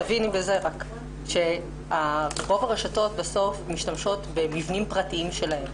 רוב הרשתות משתמשות במבנים פרטיים שלהן,